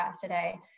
today